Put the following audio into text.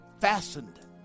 fastened